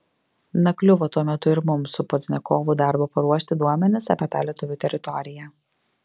na kliuvo tuo metu ir mums su pozdniakovu darbo paruošti duomenis apie tą lietuvių teritoriją